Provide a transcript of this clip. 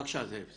בבקשה, זאב.